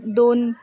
दोन